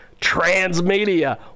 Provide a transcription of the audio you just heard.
transmedia